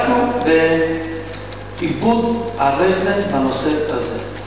אנחנו באיבוד רסן בנושא הזה.